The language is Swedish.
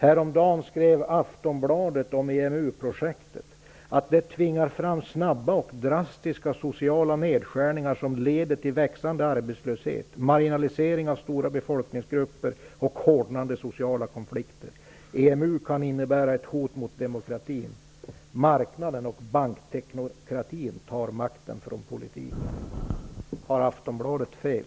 Häromdagen skrev Aftonbladet om EMU-projektet att det tvingar fram snabba och drastiska sociala nedskärningar som leder till växande arbetslöshet, marginalisering av stora befolkningsgrupper och hårdnande sociala konflikter. EMU kan innebära ett hot mot demokratin. Marknaden och bankteknokratin tar makten från politiken. Har Aftonbladet fel?